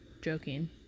Joking